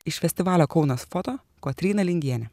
iš festivalio kaunas foto kotryna lingienė